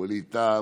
ווליד טאהא,